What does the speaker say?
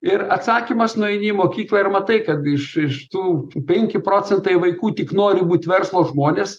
ir atsakymas nueini į mokyklą ir matai kad iš iš tų penki procentai vaikų tik nori būt verslo žmonės